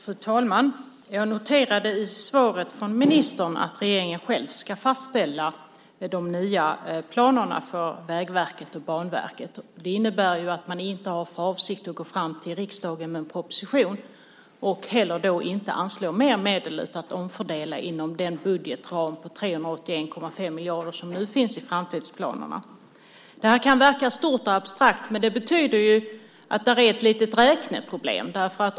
Fru talman! Jag noterade i svaret från ministern att regeringen själv ska fastställa de nya planerna för Vägverket och Banverket. Det innebär att man inte har för avsikt att gå fram till riksdagen med en proposition och inte heller anslå mer medel, utan att man omfördelar inom den budgetram på 381,5 miljarder som nu finns i framtidsplanerna. Det här kan verka stort och abstrakt, men det betyder att där finns ett litet räkneproblem.